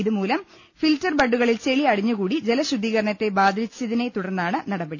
ഇതുമൂലം ഫിൽറ്റർ ബഡ്ഡുകളിൽ ചെളി അടിഞ്ഞുകൂടി ജലശുദ്ധീ കരണത്തെ ബാധിച്ചതിനെ തുടർന്നാണ് നടപടി